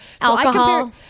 Alcohol